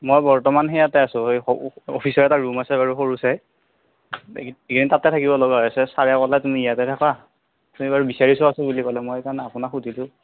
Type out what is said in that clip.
মই বৰ্তমান সেয়াতে আছোঁ এই অফিছৰ এটা ৰুম আছে বাৰু সৰু চাই এই এইকেইদিন তাতে থাকিব লগা হৈ আছে চাৰে ক'লে তুমি ইয়াতে থাকা তুমি বাৰু বিচাৰি চোৱাচোন বুলি ক'লে মই সেইকাৰণে আপোনাক সুধিলোঁ